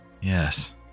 yes